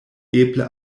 eble